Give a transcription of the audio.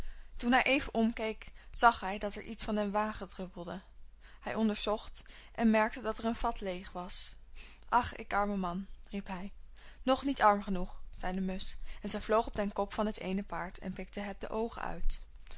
toen hij even omkeek zag hij dat er iets van den wagen druppelde hij onderzocht en merkte dat er een vat leeg was ach ik arme man riep hij nog niet arm genoeg zei de musch en zij vloog op den kop van het eene paard en pikte het de oogen uit